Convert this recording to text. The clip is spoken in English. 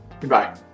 goodbye